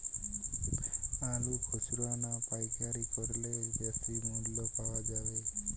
আলু খুচরা না পাইকারি করলে বেশি মূল্য পাওয়া যাবে?